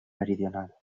meridional